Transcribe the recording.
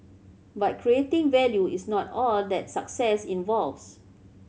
but creating value is not all that success involves